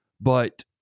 But-